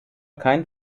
kein